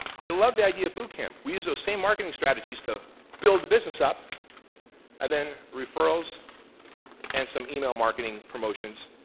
i love the of idea boot camp. we use those same marketing strategies to build the business up and then referrals and some email marketing promotions,